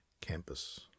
Campus